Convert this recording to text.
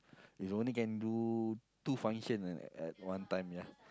it only can do two function at at one time ya